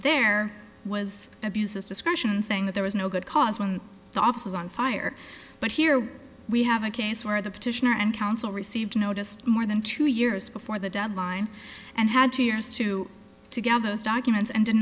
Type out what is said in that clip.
there was an abuse of discretion saying that there was no good cause when the office is on fire but here we have a case where the petitioner and counsel received noticed more than two years before the deadline and had two years to together those documents and d